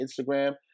Instagram